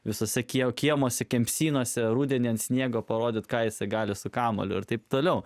visas sakiau kiemas kemsynuose rudenį ant sniego parodyti ką jis gali su kamuoliu ir taip toliau